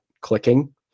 clicking